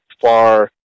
far